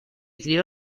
crio